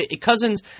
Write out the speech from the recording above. Cousins